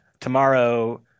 tomorrow